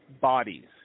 bodies